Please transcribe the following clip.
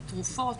בתרופות,